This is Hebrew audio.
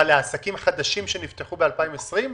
לעסקים חדשים שנפתחו ב-2020?